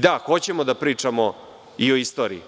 Da, hoćemo da pričamo i o istoriji,